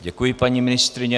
Děkuji, paní ministryně.